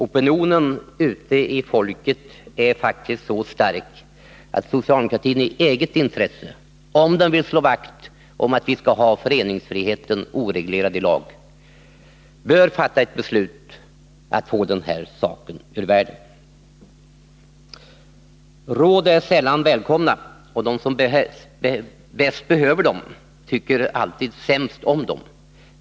Opinionen ute bland folket är faktiskt så stark att socialdemokratin i eget intresse, om den vill slå vakt om att föreningsfriheten skall vara oreglerad i lag, bör fatta ett beslut som gör att frågan om kollektivanslutning kommer ur världen. Råd är sällan välkomna, och de som bäst behöver dem tycker alltid sämst om dem.